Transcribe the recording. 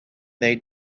they